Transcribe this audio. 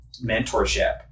mentorship